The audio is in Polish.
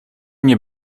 nie